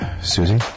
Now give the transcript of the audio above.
Susie